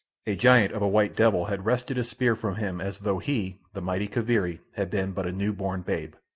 a giant of a white devil had wrested his spear from him as though he, the mighty kaviri, had been but a new-born babe.